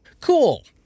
Cool